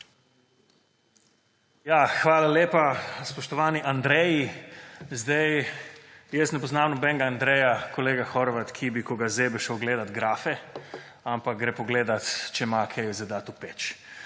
Hvala lepa. Spoštovani Andrej – jaz ne poznam nobenega Andreja, kolega Horvat, ki bi, ko ga zebe, šel gledat grafe, ampak gre pogledat, ali ima kaj dati v peč.